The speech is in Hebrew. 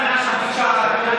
המסקנה היא,